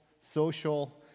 social